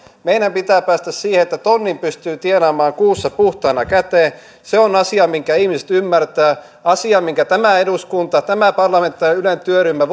meidän pitää päästä siihen että tonnin pystyy tienaamaan kuussa puhtaana käteen se on asia minkä ihmiset ymmärtävät asia minkä tämä eduskunta tämä parlamentaarinen ylen työryhmä